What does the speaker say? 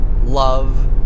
love